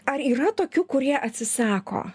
ar yra tokių kurie atsisako